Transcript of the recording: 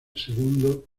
segundo